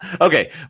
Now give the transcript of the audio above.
Okay